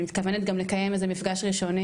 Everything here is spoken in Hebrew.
אני מתכוונת לקיים מפגש ראשוני,